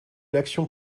l’action